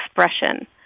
expression